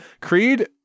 Creed